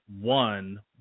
one